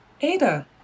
Ada